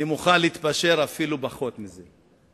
אני מוכן להתפשר אפילו על פחות מזה.